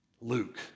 Luke